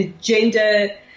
gender